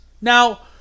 Now